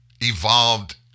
evolved